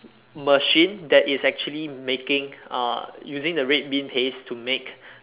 machine that is actually making uh using the red bean paste to make